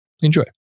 Enjoy